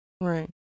Right